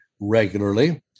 regularly